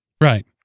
Right